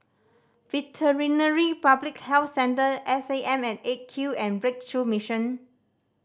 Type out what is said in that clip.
Veterinary Public Health Centre S A M at Eight Q and Breakthrough Mission